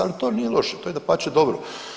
Ali to nije loše, to je dapače dobro.